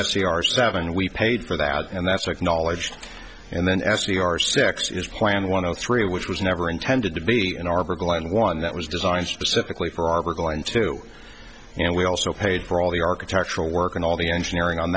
our seven we paid for that and that's like knowledge and then asking our sex is plan one of three which was never intended to be an arbor glenn one that was designed specifically for our going to and we also paid for all the architectural work and all the engineering on